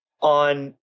on